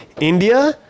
India